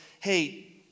hey